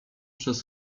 przez